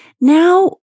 now